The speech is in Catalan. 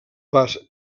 pas